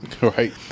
right